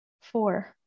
four